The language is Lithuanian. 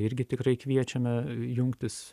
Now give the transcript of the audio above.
irgi tikrai kviečiame jungtis